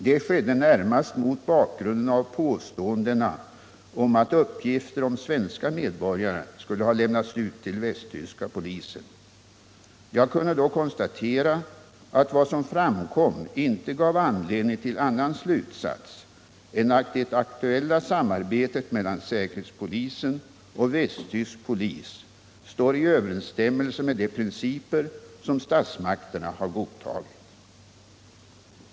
Det skedde närmast mot bakgrunden av påståendena om att uppgifter om svenska medborgare skulle ha lämnats ut till den västtyska polisen. Jag kunde då konstatera att vad som framkom inte gav anledning till annan slutsats än att det aktuella samarbetet mellan säkerhetspolisen och västtysk polis står i överensstämmelse med de principer som statsmakterna har godtagit.